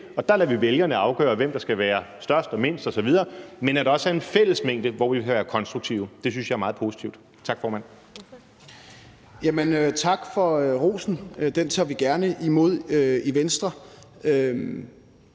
Så lader vi vælgerne afgøre, hvem der skal være størst og mindst osv. Men der er også en fællesmængde, hvor vi kan være konstruktive. Det synes jeg er meget positivt. Tak, formand. Kl. 12:53 Første næstformand (Karen